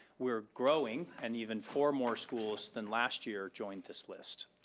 we're growing, and even four more schools than last year joined this list.